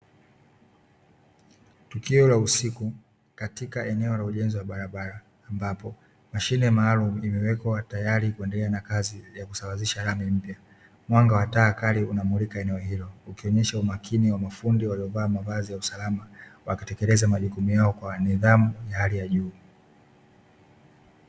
Tukio la usiku Katika eneo la ujenzi wa barabara ambapo, mashine maalumu imewekwa tayari kuendelea na kazi ya kusawazisha lami mpya. Mwanga wa taa kali unamulika eneo hilo Kuonyesha umakini wa mafundi waliovaa mavazi ya usalama wakitekeleza majukumu yao kwa nidhamu ya hali ya juu.